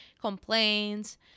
complaints